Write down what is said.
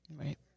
Right